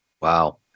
Wow